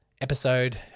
episode